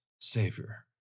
Savior